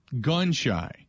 gun-shy